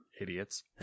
idiots